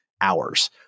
hours